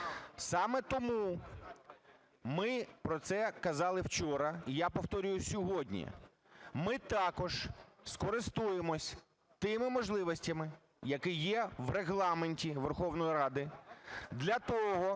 Саме тому ми про це казали вчора і я повторюю сьогодні: ми також скористаємось тими можливостями, які є в Регламенті Верховної Ради для того,